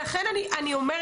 לכן אני אומרת,